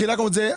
חילקנו את זה,